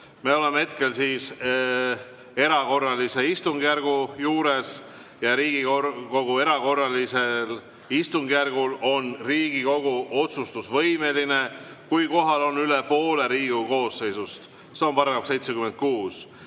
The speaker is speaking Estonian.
me oleme hetkel erakorralise istungjärgu juures ja Riigikogu erakorralisel istungjärgul on Riigikogu otsustusvõimeline siis, kui kohal on üle poole Riigikogu koosseisust, see on § 76.